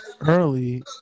early